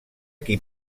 qui